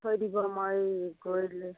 থৈ দিব মই গৈ লৈ